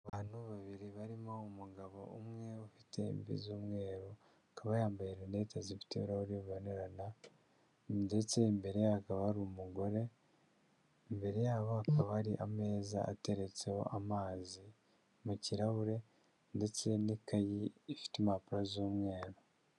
Abantu babiri barimo umugabo umwe ufite imvi z'umweru akaba yambaye rinete zifite rero ribonerana, ndetse mbere akaba ari umugore, imbere yabo aba ari ameza ateretseho amazi mu kirahure ndetse n'ikayi ifite impapuro z'umweru.